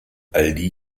aldi